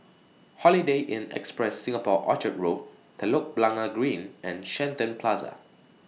Holiday Inn Express Singapore Orchard Road Telok Blangah Green and Shenton Plaza